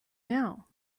now